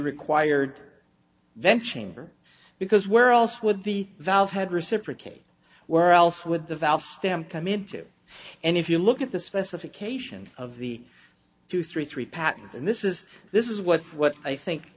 required then chamber because where else would the valve head reciprocate where else would the valve stem come into and if you look at the specifications of the two three three patent and this is this is what what i think